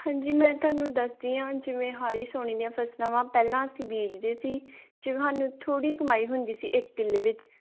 ਹਾਂਜੀ ਮੈਂ ਤੁਹਾਨੂੰ ਦੱਸਦੀ ਹਾਂ ਜਿਵੇਂ ਹਾੜੀ ਸੋਣੀ ਦੀਆਂ ਫਸਲਾਂ ਵਾ ਪਹਿਲਾਂ ਅਸੀਂ ਬੀਜਦੇ ਸੀ ਜੇ ਸਾਨੂੰ ਥੋੜ੍ਹੀ ਕਮਾਈ ਹੁੰਦੀ ਸੀ ਇੱਕ ਕਿੱਲੇ ਵਿੱਚ